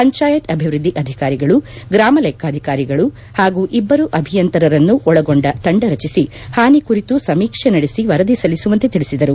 ಪಂಚಾಯತ್ ಅಭಿವ್ಯದ್ಲಿ ಅಧಿಕಾರಿಗಳು ಗ್ರಾಮ ಲೆಕ್ಕಾಧಿಕಾರಿಗಳು ಹಾಗೂ ಇಬ್ಬರು ಅಭಿಯಂತರರನ್ನು ಒಳಗೊಂಡ ತಂಡ ರಚಿಸಿ ಹಾನಿ ಕುರಿತು ಸಮೀಕ್ಷೆ ನಡೆಸಿ ವರದಿ ಸಲ್ಲಿಸುವಂತೆ ತಿಳಿಸಿದರು